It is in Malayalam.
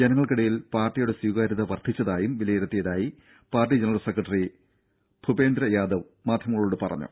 ജനങ്ങൾക്കിടയിൽ പാർട്ടിയുടെ സ്വീകാര്യത വർദ്ധിച്ചതായും വിലയിരുത്തിയതായി പാർട്ടി ജനറൽ സെക്രട്ടറി കുപേന്ദ്ര യാദവ് മാധ്യമങ്ങളോട് പറഞ്ഞു